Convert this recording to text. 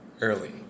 early